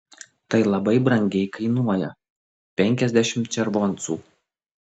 tai labai brangiai kainuoja penkiasdešimt červoncų